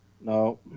No